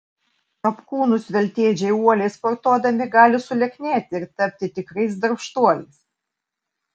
apkūnūs veltėdžiai uoliai sportuodami gali sulieknėti ir tapti tikrais darbštuoliais